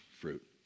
fruit